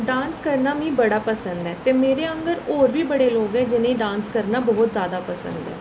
dance करना मी बड़ा पसंद ऐ ते मेरे आंह्गर होर बी बड़े लोक न जिनेंगी डांस करना बहुत जादा पसंदा ऐ